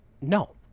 No